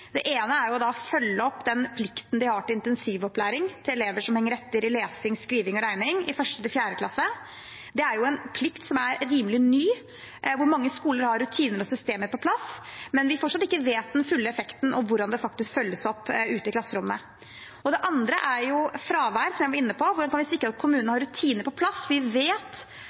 Det ene er å følge opp den plikten de har til intensivopplæring til elever som henger etter i lesing, skriving og regning i 1.–4. klasse. Det er en plikt som er rimelig ny, og hvor mange skoler har rutiner og systemer på plass, men hvor vi fortsatt ikke vet den fulle effekten og hvordan det faktisk følges opp ute i klasserommene. Det andre er fravær, som jeg var inne på. Hvordan kan vi sikre at kommunene har rutinene på plass? Vi vet